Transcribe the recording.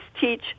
teach